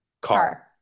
Car